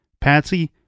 Patsy